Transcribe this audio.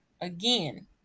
again